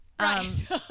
Right